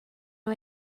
nhw